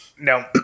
No